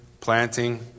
planting